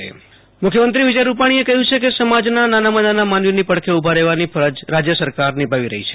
આશુતોષ અંતાણી મુખ્યમંત્રી ચેક વિતરણ મુખ્યમંત્રી વિજય રૂપાણીએ કહ્યું છે કે સમાજના નાનામાં નાના માનવીની પડખે ઉભા રહેવાની ફરજ રાજ્ય સરકાર નિભાવી રહી છે